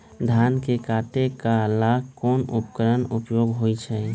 धान के काटे का ला कोंन उपकरण के उपयोग होइ छइ?